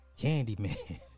Candyman